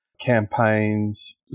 campaigns